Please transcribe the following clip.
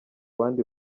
bandi